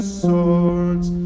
swords